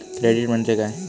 Credit म्हणजे काय?